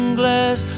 glass